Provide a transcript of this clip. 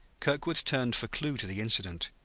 kirkwood turned for clue to the incident.